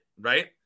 Right